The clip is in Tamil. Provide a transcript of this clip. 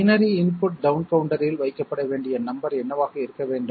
பைனரி இன்சைட் டவுன் கவுண்டரில் வைக்கப்பட வேண்டிய நம்பர் என்னவாக இருக்க வேண்டும்